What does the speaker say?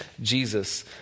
Jesus